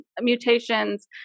mutations